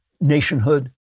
nationhood